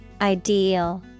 Ideal